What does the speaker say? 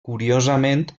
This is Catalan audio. curiosament